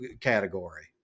category